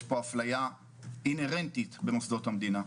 יש פה אפליה אינהרנטית במוסדות המדינה.